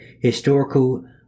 historical